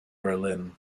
berlin